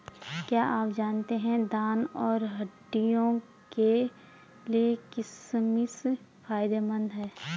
क्या आप जानते है दांत और हड्डियों के लिए किशमिश फायदेमंद है?